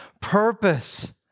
Purpose